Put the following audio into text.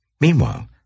Meanwhile